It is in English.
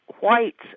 whites